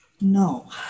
No